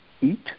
eat